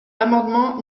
l’amendement